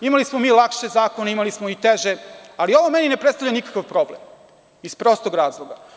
Imali smo mi lakše zakone, imali smo i teže, ali ovo meni ne predstavlja nikakav problem iz prostog razloga.